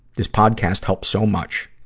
this podcast helps so much.